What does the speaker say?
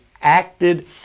acted